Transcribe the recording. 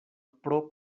pro